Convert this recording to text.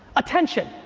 attention,